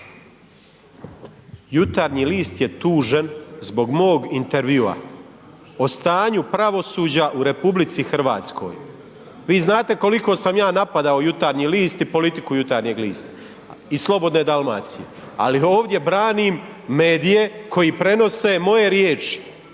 Jutarnji list je tužen zbog mog intervjua o stanju pravosuđa u RH. Vi znate koliko sam ja napadao Jutarnji list i politiku Jutarnjeg lista i Slobodne Dalmacije, ali ovdje branim medije koji prenose moje riječi